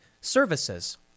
services